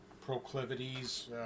proclivities